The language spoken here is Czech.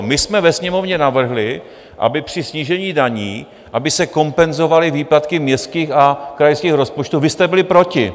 My jsme ve Sněmovně navrhli, aby se při snížení daní kompenzovaly výpadky městských a krajských rozpočtů vy jste byli proti.